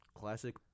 classic